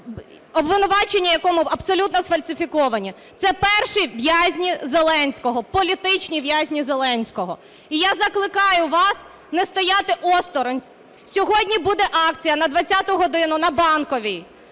обвинувачення якому абсолютно сфальсифіковані. Це перші в'язні Зеленського. Політичні в'язні Зеленського. І я закликаю вас не стояти осторонь. Сьогодні буде акція на 20-у годину на Банковій